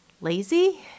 lazy